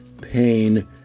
pain